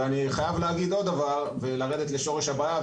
ואני חייב להגיד עוד פעם ולרדת לשורש הבעיה.